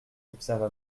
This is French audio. observa